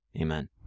amen